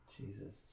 Jesus